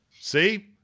See